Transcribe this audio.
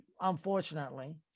unfortunately